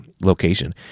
location